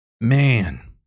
man